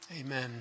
amen